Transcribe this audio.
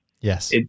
Yes